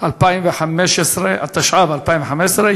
התשע"ו 2015,